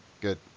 Good